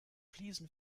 fliesen